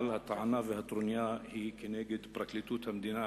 אבל הטענה והטרוניה הן כנגד פרקליטות המדינה,